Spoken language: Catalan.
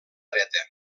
dreta